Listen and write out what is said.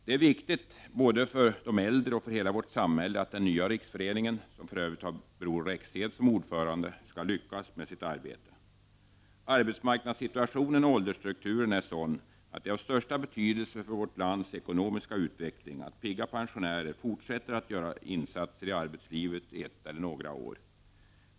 Det är viktigt, både för de äldre och för hela vårt samhälle, att den nya riksföreningen, som för övrigt har Bror Rexed som ordförande, lyckas i sitt arbete. Arbetsmarknadssituationen och åldersstrukturen är sådan att det är av största betydelse för vårt lands ekonomiska utveckling att pigga pensionärer fortsätter att göra insatser i arbetslivet ett eller några år.